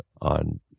on